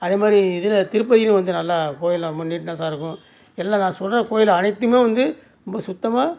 அதே மாதிரி இதுல திருப்பதிலையும் வந்து நல்லா கோயிலெல்லாம் ரொம்ப நீட்னஸ்ஸாக இருக்கும் எல்லாம் நான் சொல்கிற கோயில் அனைத்துமே வந்து ரொம்ப சுத்தமாக